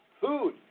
food